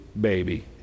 baby